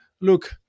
look